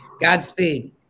Godspeed